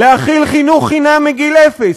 להחיל חינוך חינם מגיל אפס,